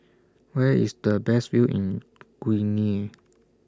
Where IS The Best View in Guinea